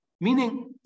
Meaning